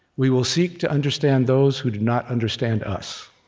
we will seek to understand those who do not understand us.